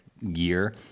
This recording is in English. year